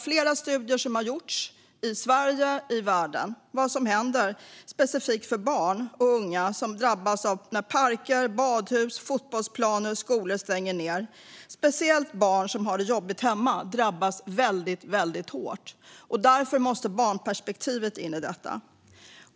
Flera studier som har gjorts i Sverige och i världen visar hur barn och unga drabbas när parker, badhus, fotbollsplaner och skolor stängs. Speciellt barn som har det jobbigt hemma drabbas väldigt hårt. Därför måste barnperspektivet in i detta.